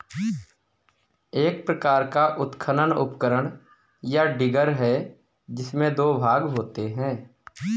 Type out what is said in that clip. एक प्रकार का उत्खनन उपकरण, या डिगर है, जिसमें दो भाग होते है